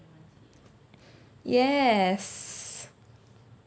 yes